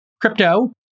Crypto